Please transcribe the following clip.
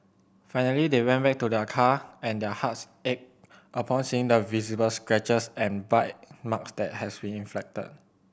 finally they went back to their car and their hearts ached upon seeing the visible scratches and bite marks that has been inflicted